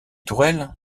tourelles